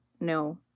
no